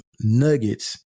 nuggets